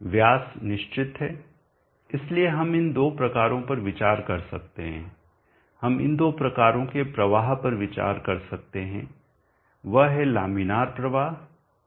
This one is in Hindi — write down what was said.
व्यास निश्चित है इसलिए हम इन दो प्रकारों पर विचार कर सकते हैं हम इन दो प्रकारों के प्रवाह पर विचार कर सकते हैं वह है लामिनार प्रवाह और अशांत प्रवाह